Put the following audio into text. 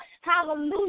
hallelujah